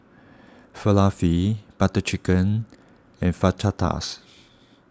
Falafel Butter Chicken and Fajitas